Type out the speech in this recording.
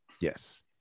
Yes